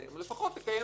לפחות תקיים דיון.